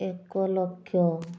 ଏକ ଲକ୍ଷ